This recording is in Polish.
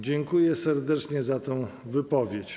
Dziękuję serdecznie za tę wypowiedź.